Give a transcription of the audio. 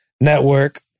network